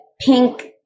pink